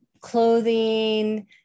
clothing